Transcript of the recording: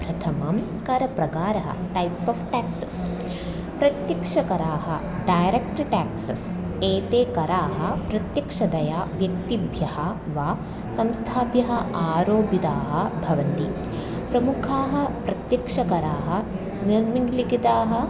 प्रथमं करप्रकारः types of taxes प्रत्यक्षकराः डैरेक्ट् टेक्सस् एते कराः प्रत्यक्षतया व्यक्तिभ्यः वा संस्थाभ्यः आरोपिताः भवन्ति प्रमुखाः प्रत्यक्षकराः निर्मिलिखिताः